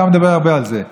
אתה מדבר הרבה על זה,